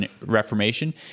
Reformation